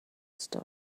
star